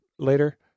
Later